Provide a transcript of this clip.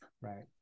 right